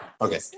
Okay